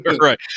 right